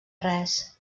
res